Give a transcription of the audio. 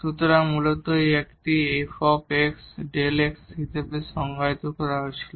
সুতরাং মূলত এটি একটি f Δ x হিসাবে সংজ্ঞায়িত করা হয়েছিল